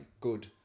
good